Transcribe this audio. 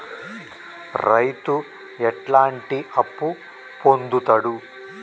రైతు ఎట్లాంటి అప్పు పొందుతడు?